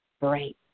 break